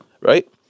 Right